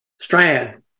strand